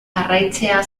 jarraitzea